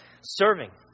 Serving